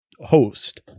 host